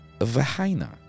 vagina